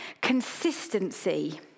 Consistency